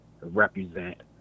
represent